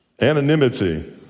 Anonymity